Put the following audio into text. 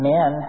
Men